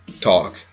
talk